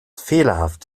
fehlerhaft